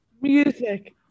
Music